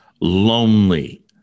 lonely